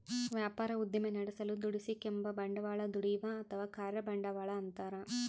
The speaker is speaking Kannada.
ವ್ಯಾಪಾರ ಉದ್ದಿಮೆ ನಡೆಸಲು ದುಡಿಸಿಕೆಂಬ ಬಂಡವಾಳ ದುಡಿಯುವ ಅಥವಾ ಕಾರ್ಯ ಬಂಡವಾಳ ಅಂತಾರ